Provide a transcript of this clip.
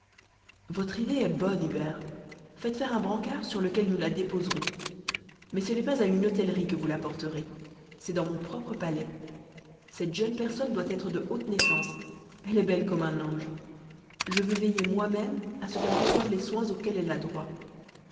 votre idée est bonne hubert faites faire un brancard sur lequel nous la déposerons mais ce n'est pas à une hôtellerie que vous la porterez c'est dans mon propre palais cette jeune personne doit être de haute naissance elle est belle comme en ange je veux veiller moi-même à ce qu'elle reçoive les soins auxquels elle a droit